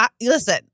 listen